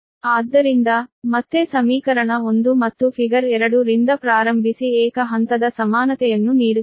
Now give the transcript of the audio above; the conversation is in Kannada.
ಆದ್ದರಿಂದ ಮತ್ತೆ ಸಮೀಕರಣ 1 ಮತ್ತು ಫಿಗರ್ 2 ರಿಂದ ಪ್ರಾರಂಭಿಸಿ ಏಕ ಹಂತದ ಸಮಾನತೆಯನ್ನು ನೀಡುತ್ತದೆ